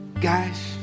guys